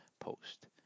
post